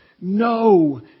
no